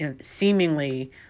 seemingly